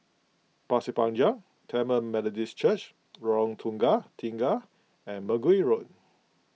Pasir Panjang Tamil Methodist Church Lorong Tukang Tiga and Mergui Road